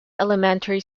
elementary